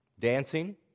Dancing